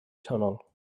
tunnel